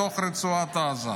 בתוך רצועת עזה.